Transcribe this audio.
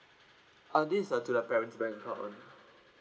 uh this is uh to the parents bank account